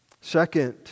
Second